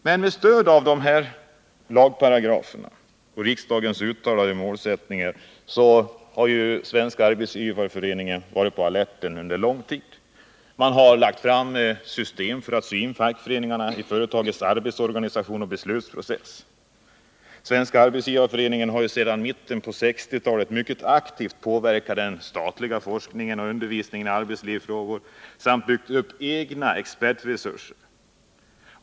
Men med stöd av de här paragraferna och riksdagens uttalade målsättning har Svenska arbetsgivareföreningen varit på alerten under lång tid. Man har lagt fram systern för att sy in fackföreningarna i företagens arbetsorganisation och beslutsprocess. Svenska arbetsgivareföreningen har sedan mitten av 1960-talet mycket aktivt påverkat den statliga forskningen och undervisningen i arbetslivsfrågor samt byggt upp egna expertresurser.